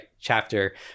chapter